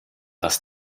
was